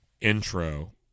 intro